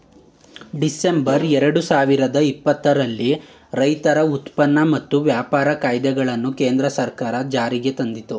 September ಎರಡು ಸಾವಿರದ ಇಪ್ಪತ್ತರಲ್ಲಿ ರೈತರ ಉತ್ಪನ್ನ ಮತ್ತು ವ್ಯಾಪಾರ ಕಾಯ್ದೆಗಳನ್ನು ಕೇಂದ್ರ ಸರ್ಕಾರ ಜಾರಿಗೆ ತಂದಿತು